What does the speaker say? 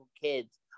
kids